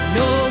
no